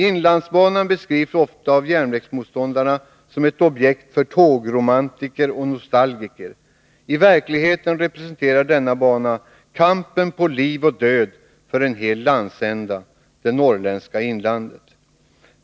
Inlandsbanan beskrivs ofta av järnvägsmotståndarna som ett objekt för ”tågromantiker” och ”nostalgiker”. I verkligheten representerar denna bana kampen på liv och död för en hel landsända, det norrländska inlandet.